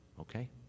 okay